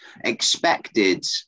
expected